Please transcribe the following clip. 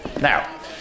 Now